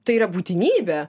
tai yra būtinybė